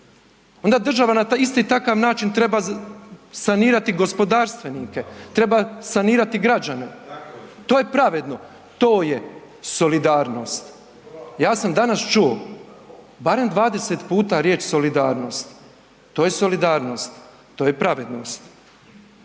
onda država na isti takav način treba sanirati gospodarstvenike, treba sanirati građane, to je pravedno, to je solidarnost. Ja sam danas čuo barem 20 puta riječ „solidarnost“, to je solidarnost, to je pravednost.